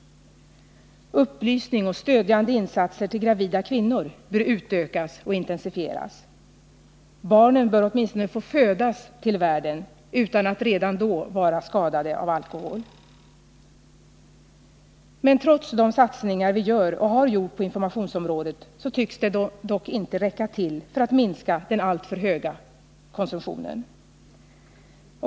Upplysning och stödjande insatser till gravida kvinnor bör utökas och intensifieras. Barnen bör åtminstone få födas till världen utan att redan då vara skadade av alkohol. Men trots de stora satsningar vi gör och har gjort på informationsområdet tycks det inte räcka till för att minska den alltför höga konsumtionen.